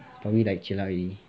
probably like jialat already